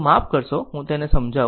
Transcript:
તો માફ કરજો હું તેને સમજાવું